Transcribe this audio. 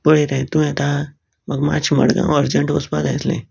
पळय रे तूं येता म्हाका मात्शे मडगांव अर्जंट वचपा जाय आसले